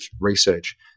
research